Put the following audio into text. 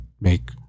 make